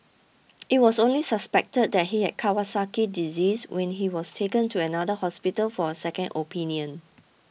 it was only suspected that he had Kawasaki disease when he was taken to another hospital for a second opinion